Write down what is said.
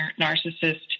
narcissist